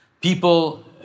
people